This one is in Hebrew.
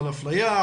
על אפליה,